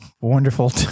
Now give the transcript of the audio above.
wonderful